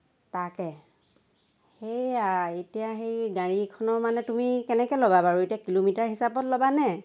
তাকে এই আই এতিয়া হেৰি গাড়ীখনৰ তুমি কেনেকৈ ল'বা বাৰু কিলোমিটাৰ হিচাপত ল'বা নে